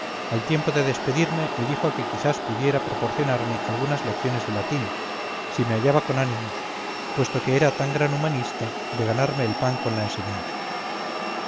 al tiempo de despedirme me dijo que quizás pudiera proporcionarme algunas lecciones de latín sime hallaba con ánimos puesto que era tan gran humanista de ganarme el pan con la enseñanza